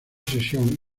sesión